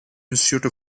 institute